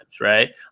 right